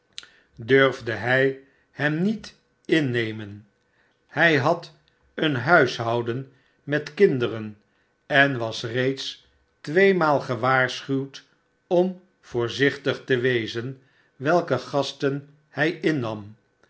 durfde hij hem met innemen hij had een huishouden met kinderen en was reeds tweemaal gewaarschuwd om voorzichtig te wezen welke gasten hij innam